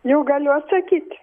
jau galiu atsakyt